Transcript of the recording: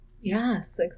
yes